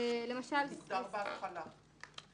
הוא מוגדר בהתחלה.